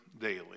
daily